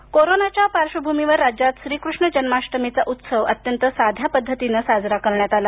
जन्माष्टमी कोरोनाच्या पार्श्वभूमीवरराज्यात श्रीकृष्ण जन्माष्टमीचा उत्सव अत्यंत साध्या पद्धतीनं साजरा करण्यात आला